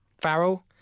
farrell